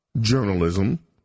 journalism